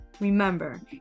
Remember